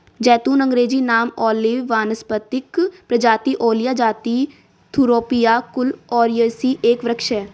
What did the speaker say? ज़ैतून अँग्रेजी नाम ओलिव वानस्पतिक प्रजाति ओलिया जाति थूरोपिया कुल ओलियेसी एक वृक्ष है